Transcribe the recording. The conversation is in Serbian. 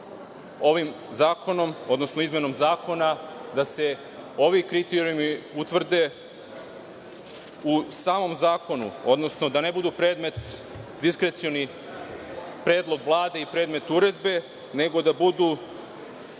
ovim zakonom, odnosno izmenom zakona da se ovi kriterijumi utvrde u samom zakonu, odnosno da ne budu predmet diskrecionih predlog Vlade i predmet uredbe, nego da budu